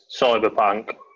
Cyberpunk